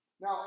Now